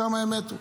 שם הם מתו.